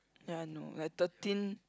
that one no like thirteen